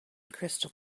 crystal